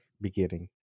beginning